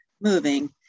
moving